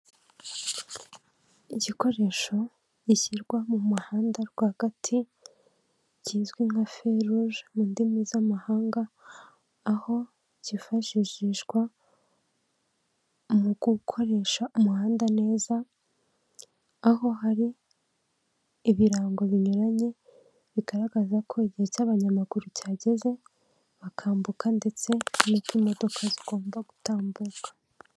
Igikoresho gishyirwa mu muhanda rwagati kizwi nka feruje mu ndimi z'amahanga, aho cyifashishishwa mu gukoresha umuhanda neza, aho hari ibirango binyuranye bigaragaza ko igihe cy'abanyamaguru cyageze bakambuka ndetse n'ikimodoka zigomba gutambuka.